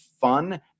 fun